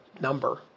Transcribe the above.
number